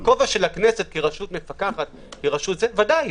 בכובעה כרשות מפקחת ודאי.